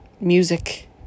Music